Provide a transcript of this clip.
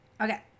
Okay